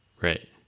Right